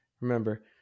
remember